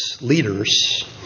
leaders